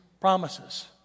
promises